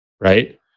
Right